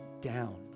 down